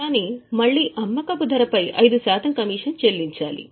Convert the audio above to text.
కానీ మళ్ళీ అమ్మకపు ధరపై 5 శాతం కమీషన్ చెల్లించాలి